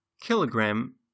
kilogram